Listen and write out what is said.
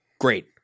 Great